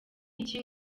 iki